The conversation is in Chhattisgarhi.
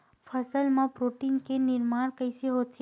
फसल मा प्रोटीन के निर्माण कइसे होथे?